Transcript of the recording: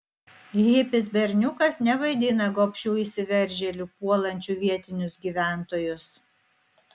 hipis berniukas nevaidina gobšių įsiveržėlių puolančių vietinius gyventojus